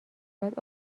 بعد